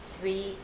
Three